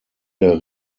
der